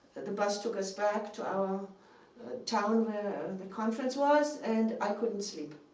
the bus took us back to our town where the conference was, and i couldn't sleep.